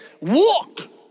walk